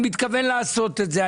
אני מתכוון לעשות את זה.